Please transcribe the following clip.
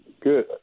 good